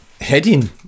heading